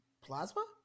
Plasma